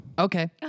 Okay